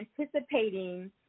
anticipating